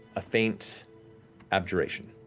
ah faint abjuration.